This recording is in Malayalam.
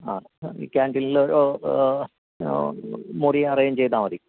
ക്യാന്റീനിലേ മുറി അറേഞ്ചിയ്താല് മതി